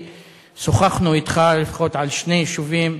שוחחנו אתך לפחות על שני יישובים,